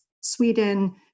Sweden